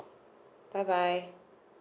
bye bye